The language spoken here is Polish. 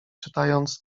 czytając